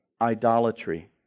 idolatry